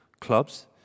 clubs